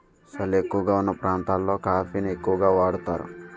సలి ఎక్కువగావున్న ప్రాంతాలలో కాఫీ ని ఎక్కువగా వాడుతారు